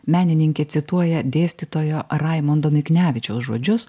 menininkė cituoja dėstytojo raimundo miknevičiaus žodžius